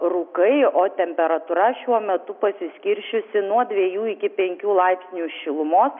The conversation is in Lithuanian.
rūkai o temperatūra šiuo metu pasiskirsčiusi nuo dviejų iki penkių laipsnių šilumos